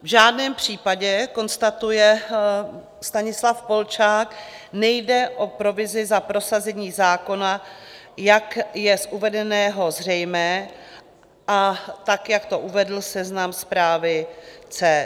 V žádném případě, konstatuje Stanislav Polčák, nejde o provizi za prosazení zákona, jak je z uvedeného zřejmé, a tak, jak to uvedl seznamzpravy.cz.